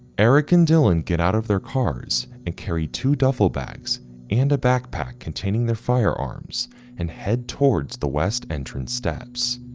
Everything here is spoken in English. eric and dylan get out of their cars and carried two duffel bags and a backpack containing their firearms and head towards the west entrance steps,